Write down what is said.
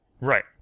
Right